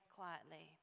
quietly